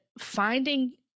finding